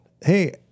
hey